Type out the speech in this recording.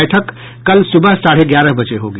बैठक कल सुबह साढ़े ग्यारह बजे होगी